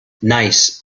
nice